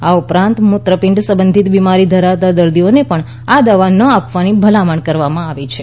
આ ઉપરાંત મૂત્રપિંડ સંબંધી બીમારી ધરાવતા દર્દીઓને પણ આ દવા ન આપવાની ભલામણ કરવામાં આવી છે